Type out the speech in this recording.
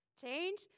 Change